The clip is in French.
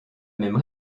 même